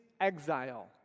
exile